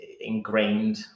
ingrained